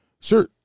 Sir